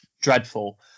dreadful